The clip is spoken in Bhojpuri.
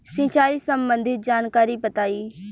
सिंचाई संबंधित जानकारी बताई?